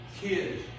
kids